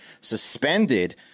suspended